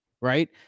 right